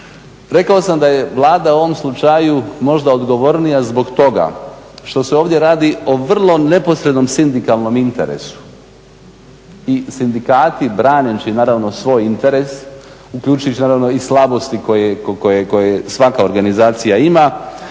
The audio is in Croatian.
Rekao sam da je Vlada u ovom slučaju možda odgovornija zbog toga što se ovdje radi o vrlo neposrednom sindikalnom interesu i sindikati braneći naravno svoj interes uključujući naravno i slabosti koje svaka organizacija ima